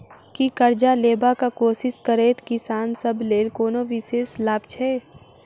की करजा लेबाक कोशिश करैत किसान सब लेल कोनो विशेष लाभ छै?